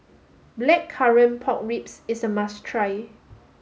blackcurrant pork ribs is a must try